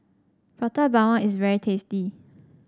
Prata Bawang is very tasty